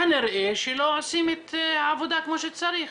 כנראה שלא עושים את העבודה כמו שצריך.